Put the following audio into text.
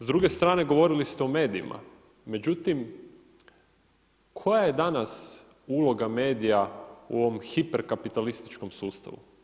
S druge strane govorili ste o medijima, međutim koja je danas uloga medija u ovom hiper kapitalističkom sustavu?